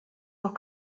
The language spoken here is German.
noch